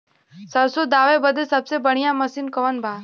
सरसों दावे बदे सबसे बढ़ियां मसिन कवन बा?